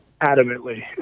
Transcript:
adamantly